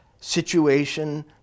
situation